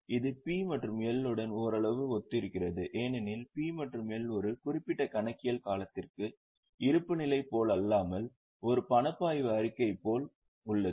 இது P மற்றும் L உடன் ஓரளவு ஒத்திருக்கிறது ஏனெனில் P மற்றும் L ஒரு குறிப்பிட்ட கணக்கியல் காலத்திற்கு இருப்புநிலை போலல்லாமல் ஒரு பணப்பாய்வு அறிக்கை போல் உள்ளது